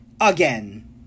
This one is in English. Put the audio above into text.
again